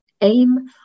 aim